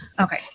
okay